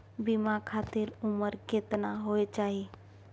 बीमा खातिर उमर केतना होय चाही?